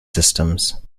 systems